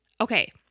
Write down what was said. Okay